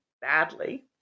badly